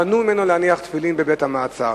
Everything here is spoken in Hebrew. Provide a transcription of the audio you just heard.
מנעו ממנו להניח תפילין בבית-המעצר.